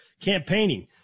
campaigning